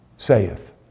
saith